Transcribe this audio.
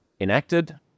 enacted